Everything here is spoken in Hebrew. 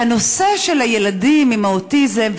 והנושא של הילדים עם אוטיזם,